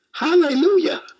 Hallelujah